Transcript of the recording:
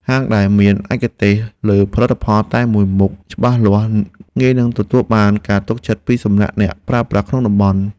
ហាងដែលមានឯកទេសលើផលិតផលតែមួយមុខច្បាស់លាស់ងាយនឹងទទួលបានការទុកចិត្តពីសំណាក់អ្នកប្រើប្រាស់ក្នុងតំបន់។